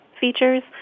features